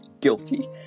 guilty